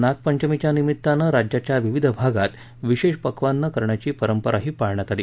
नागपंचमीच्या निमित्ताने राज्याच्या विविध भागात विशेष पक्वानं करण्याची परंपराही पाळण्यात आली